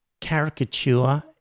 caricature